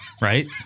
Right